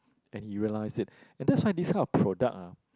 and he realize it and that's why this kind of product ah